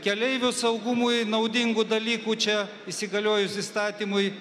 keleivių saugumui naudingų dalykų čia įsigaliojus įstatymui